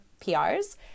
PRs